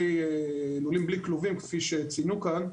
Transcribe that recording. לולים בלי כלובים כפי שציינו כאן,